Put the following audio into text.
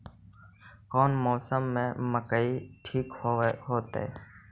कौन मौसम में मकई ठिक होतइ?